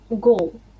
goal